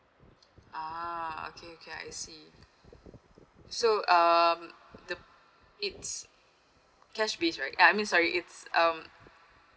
ah okay okay I see so um the it's cash with right I mean sorry it's um